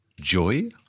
Joy